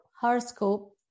horoscope